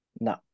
No